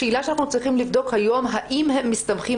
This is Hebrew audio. השאלה שאנחנו צריכים לבדוק היום היא: האם הם מסתמכים